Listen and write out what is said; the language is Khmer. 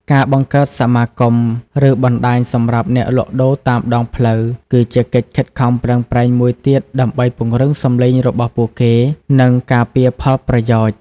ការបង្កើតសមាគម ឬបណ្តាញសម្រាប់អ្នកលក់ដូរតាមដងផ្លូវ គឺជាកិច្ចខិតខំប្រឹងប្រែងមួយទៀតដើម្បីពង្រឹងសំឡេងរបស់ពួកគេ និងការពារផលប្រយោជន៍ ។